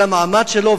של המעמד שלו.